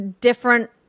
different